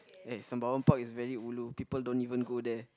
at Sembawang Park is very ulu people don't even go there